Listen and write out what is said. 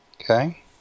Okay